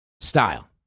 style